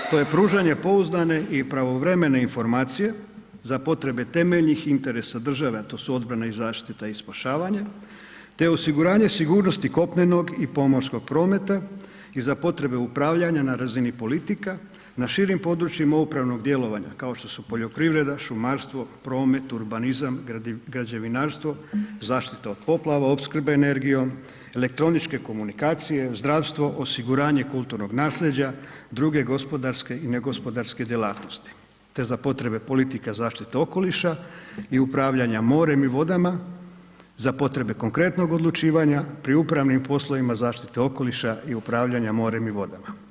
To je pružanje pouzdane i pravovremene informacije za potrebe temeljnih interesa države, a to su obrana, zaštita i spašavanje te osiguranje sigurnosti kopnenog i pomorskog prometa i za potrebe upravljanja na razini politika na širim područjima upravnog djelovanja, kao što su poljoprivreda, šumarstvo, promet, urbanizam, građevinarstvo, zaštita od poplava, opskrbe energijom, elektroničke komunikacije, zdravstvo, osiguranje kulturnog naslijeđa, druge gospodarske i negospodarske djelatnosti te za potrebe politika zaštite okoliša i upravljanja morem i vodama, za potrebe konkretnog odlučivanja pri upravnim poslovima zaštite okoliša i upravljanja morem i vodama.